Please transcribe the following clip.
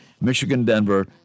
Michigan-Denver